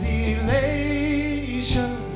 elation